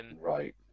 Right